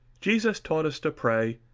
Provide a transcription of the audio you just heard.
jesus taught us to pray,